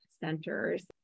centers